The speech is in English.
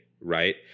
right